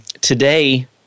Today